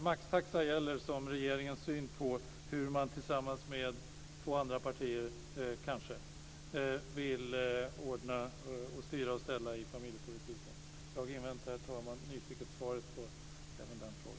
Maxtaxa gäller som regeringens syn på hur man, kanske tillsammans med två andra partier, vill ordna och styra och ställa i familjepolitiken. Jag inväntar, herr talman, nyfiket svaret på även den frågan.